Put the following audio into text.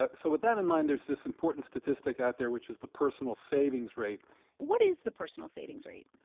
ah so with that in mind, there's this important statistic out there, which is the personal savings rate what is the personal savings rate?